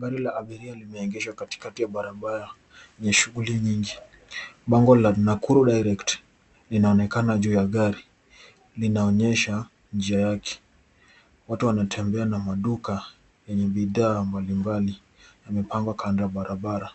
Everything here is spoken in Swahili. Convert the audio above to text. Gari la abiria limeegeshwa katikati ya barabara yenye shughuli nyingi. Bango la Nakuru Direct linaonekana juu ya gari. Linaonyesha njia yake. Watu wanatembea na maduka yenye bidhaa mbalimbali yamepangwa kando ya barabara